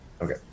Okay